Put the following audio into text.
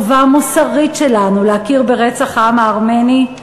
החובה המוסרית שלנו להכיר ברצח העם הארמני,